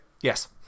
Yes